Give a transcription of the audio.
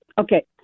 okay